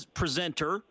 presenter